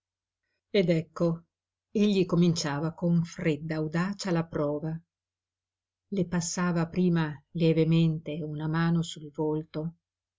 ed ecco egli cominciava con fredda audacia la prova le passava prima lievemente una mano sul volto